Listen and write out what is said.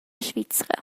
svizra